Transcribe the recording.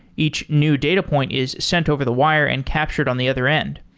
each new data point is sent over the wire and captured on the other end.